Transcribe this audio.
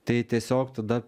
tai tiesiog tada